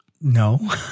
no